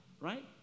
right